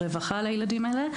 רווחה לילדים האלה,